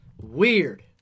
Weird